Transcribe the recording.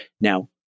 Now